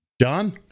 John